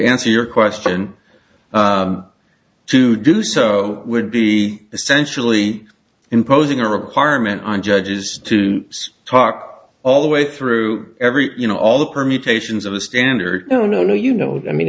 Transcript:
answer your question to do so would be essentially imposing a requirement on judges to talk all the way through every you know all the permutations of the standard no no no you know i